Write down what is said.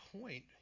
point